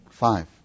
five